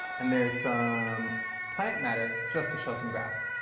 and there's some plant matter just to show some grass.